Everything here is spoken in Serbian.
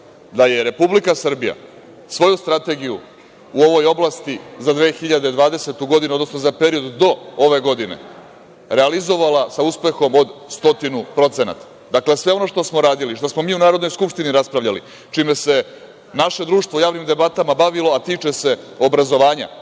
da je Republika Srbija svoju strategiju u ovoj oblasti za 2020. godinu, odnosno za period do ove godine realizovala sa uspehom od 100%. Dakle, sve ono što smo radili, što smo mi u Narodnoj skupštini raspravljali, čime se naše društvo u javnim debatama bavilo, a tiče se obrazovanja